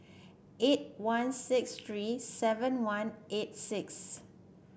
eight one six three seven one eight six